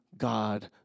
God